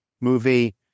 movie